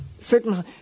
certain